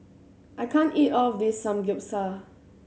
I can't eat all of this Samgyeopsal